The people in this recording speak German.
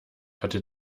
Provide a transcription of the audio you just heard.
hatte